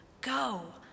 Go